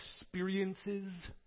experiences